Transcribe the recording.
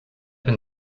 been